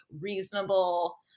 reasonable